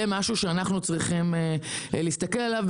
זה משהו שאנחנו צריכים להסתכל עליו.